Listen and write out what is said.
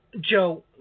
Joe